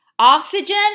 Oxygen